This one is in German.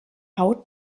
haut